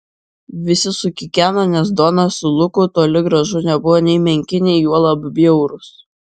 visi sukikeno nes donas su luku toli gražu nebuvo nei menki nei juolab bjaurūs